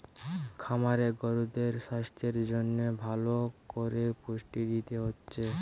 খামারে গরুদের সাস্থের জন্যে ভালো কোরে পুষ্টি দিতে হচ্ছে